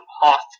Hoth